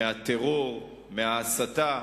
מהטרור, מההסתה,